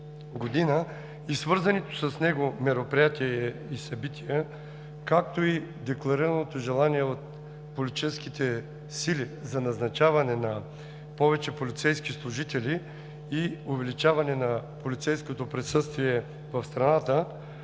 и свързаните с него мероприятия и събития, както и декларираното желание от политическите сили за назначаване на повече полицейски служители и увеличаване на полицейското присъствие в страната,